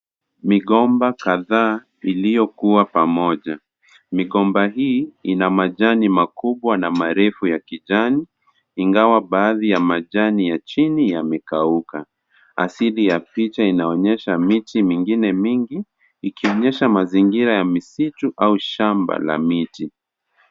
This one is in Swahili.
Migomba kadhaa iliyokuwa pamoja. Migomba hii ina majani makubwa na marefu ya kijani, ingawa baadhi ya majani ya chini yamekauka. Asili ya picha inaonyesha miti mingine mingi, ikionyesha mazingira ya misitu au shamba la miti.